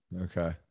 Okay